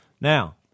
Now